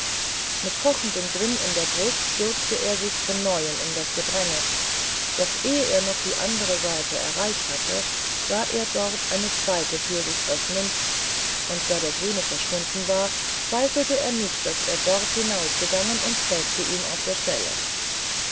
mit kochendem grimm in der brust stürzte er sich von neuem in das gedränge doch ehe er noch die andere seite erreicht hatte sah er dort eine zweite tür sich öffnen und da der grüne verschwunden war zweifelte er nicht daß er dort hinausgegangen und folgte ihm auf der stelle